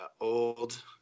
Old